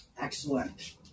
Excellent